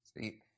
See